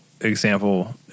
example